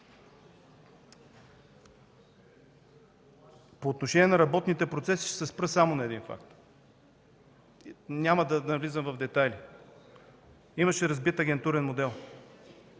По отношение на работните процеси, ще се спра само на един факт, без да влизам в детайли. Имаше разбит агентурен модел.